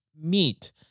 meat